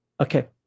Okay